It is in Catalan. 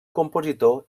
compositor